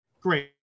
great